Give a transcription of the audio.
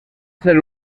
ser